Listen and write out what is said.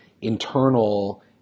internal